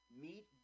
meet